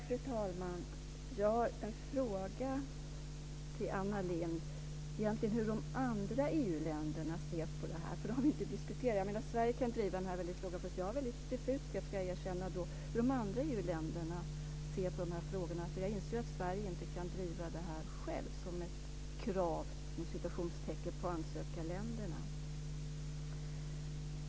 Fru talman! Jag har en fråga till Anna Lindh som handlar om hur de andra EU-länderna ser på det här. Det har vi inte diskuterat. Sverige kan driva den här frågan men jag har en väldigt diffus bild, ska jag erkänna, av hur de andra EU-länderna ser på de här frågorna. Jag inser ju att Sverige inte kan driva det här självt som ett "krav" på ansökarländerna.